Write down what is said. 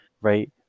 right